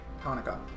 Hanukkah